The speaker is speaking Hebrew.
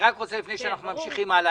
ברור.